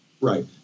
Right